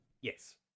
Yes